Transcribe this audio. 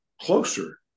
closer